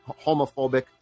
homophobic